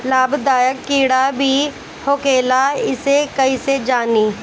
लाभदायक कीड़ा भी होखेला इसे कईसे जानी?